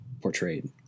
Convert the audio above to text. portrayed